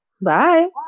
bye